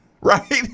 right